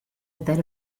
without